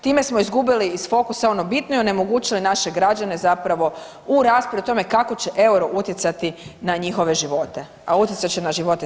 Time smo izgubili iz fokusa ono bitno i onemogućili naše građane zapravo u raspravi o tome kako će euro utjecati na njihove živote, a utjecat će na živote svih građana.